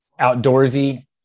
outdoorsy